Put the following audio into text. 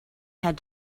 had